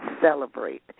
celebrate